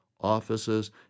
offices